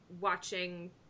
watching